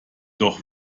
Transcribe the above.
doch